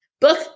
book